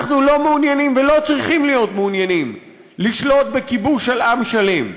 אנחנו לא מעוניינים ולא צריכים להיות מעוניינים לשלוט בכיבוש של עם שלם.